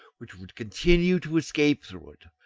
which would continue to escape through it,